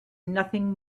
nothing